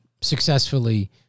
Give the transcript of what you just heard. successfully